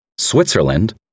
Switzerland